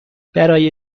برای